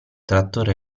trattore